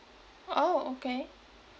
orh okay